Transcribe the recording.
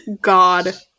God